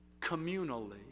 communally